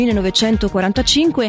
1945